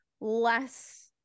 less